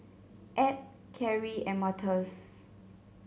Ab Keri and Martez